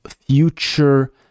future